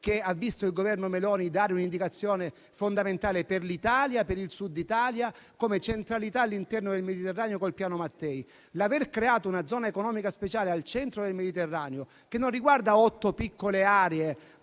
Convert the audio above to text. che ha visto il Governo Meloni dare un'indicazione fondamentale per l'Italia, per il Sud Italia come centralità all'interno del Mediterraneo col Piano Mattei. Il fatto di aver creato una zona economica speciale al centro del Mediterraneo, che non riguarda otto piccole aree